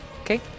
okay